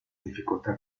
difficoltà